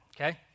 okay